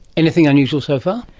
anything unusual so far?